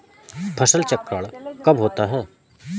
फसल चक्रण कब होता है?